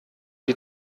die